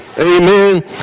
Amen